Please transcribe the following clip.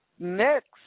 Next